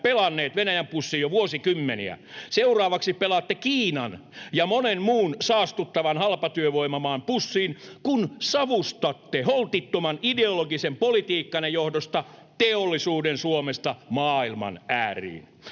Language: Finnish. pelanneet Venäjän pussiin jo vuosikymmeniä. Seuraavaksi pelaatte Kiinan ja monen muun saastuttavan halpatyövoimamaan pussiin, kun savustatte holtittoman ideologisen politiikkanne johdosta teollisuuden Suomesta maailman ääriin.